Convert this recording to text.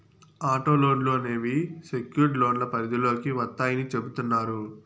auto లోన్లు అనేవి secured లోన్ల పరిధిలోకి వత్తాయని చెబుతున్నారు